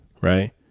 right